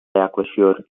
yaklaşıyor